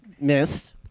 Miss